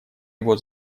его